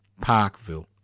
Parkville